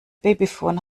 babyphon